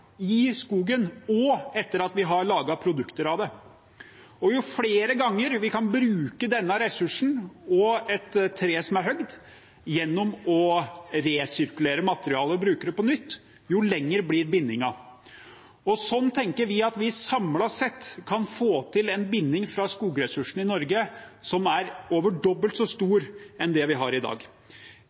i skogen også etter at vi har laget produkter av det. Jo flere ganger vi kan bruke denne ressursen, et tre som er hugget, gjennom å resirkulere materialet og bruke det på nytt, jo lenger blir bindingen. Sånn tenker vi at vi samlet sett kan få til en binding fra skogressursene i Norge som er over dobbelt så stor som den vi har i dag.